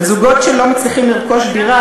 "לזוגות שלא מצליחים לרכוש דירה.